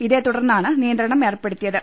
ഇതേ തുടർന്നാണ് നിയന്ത്രണം ഏർപ്പെടുത്തിയത്